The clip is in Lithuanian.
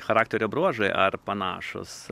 charakterio bruožai ar panašūs